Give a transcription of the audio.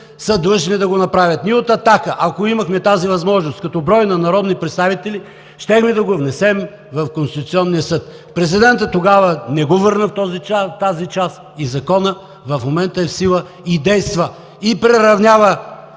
са длъжни да го направят. Ние от „Атака“, ако имахме тази възможност, като брой народни представители, щяхме да го внесем в Конституционния съд. Тогава президентът не го върна в тази част и Законът в момента е в сила и действа, и приравнява